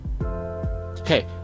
Okay